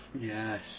Yes